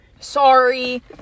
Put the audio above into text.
Sorry